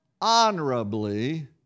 honorably